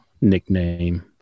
nickname